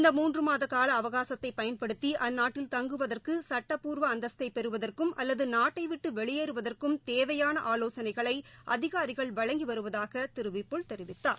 இந்த மூன்று மாத கால அவகாசத்தை பயன்படுத்தி அந்நாட்டில் தங்குவதற்கு சட்டப்பூர்வ அந்தஸ்தை பெறுவதற்கும் அல்லது நாட்டைவிட்டு வெளியேறுவதற்கும் தேவையாள ஆலோசனைகளை அதிகாரிகள் வழங்கி வருவதாக திரு விபுல் தெரிவித்தார்